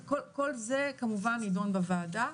כל זה כמובן יידון בוועדה.